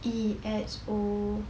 E_X_O